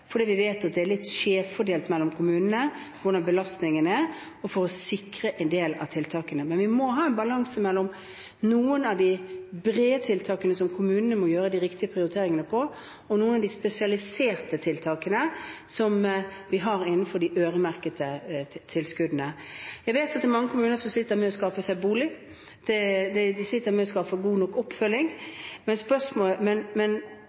fordi vi vet at belastningene er litt skjevt fordelt mellom kommunene, og for å sikre en del av tiltakene. Men vi må ha en balanse mellom noen av de brede tiltakene som kommunene må gjøre de riktige prioriteringene mellom, og noen av de spesialiserte tiltakene som vi har innenfor de øremerkede tilskuddene. Vi vet at i mange kommuner sliter man med å skaffe seg bolig, man sliter med å skaffe god nok oppfølging. Men